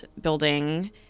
building